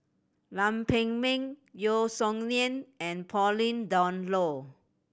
Lam Pin Min Yeo Song Nian and Pauline Dawn Loh